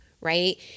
right